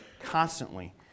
constantly